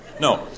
No